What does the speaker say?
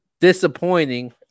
disappointing